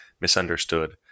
misunderstood